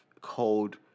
cold